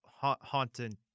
haunting